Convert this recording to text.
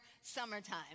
summertime